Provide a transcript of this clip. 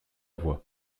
voie